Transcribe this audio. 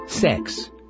Sex